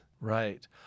Right